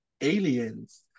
aliens